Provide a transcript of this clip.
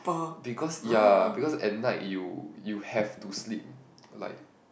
because ya because at night you you have to sleep like